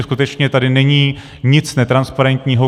Skutečně tady není nic netransparentního.